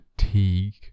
fatigue